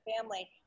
family